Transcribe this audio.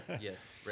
yes